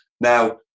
now